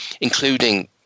including